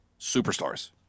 superstars